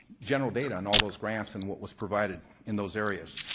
general data on all those grants and what was provided in those areas.